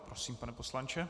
Prosím, pane poslanče.